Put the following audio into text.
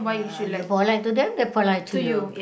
ya you polite to them they polite to you